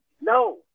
no